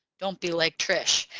don't be like trish.